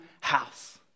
house